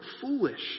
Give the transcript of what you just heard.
foolish